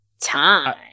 time